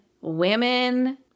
women